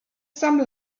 some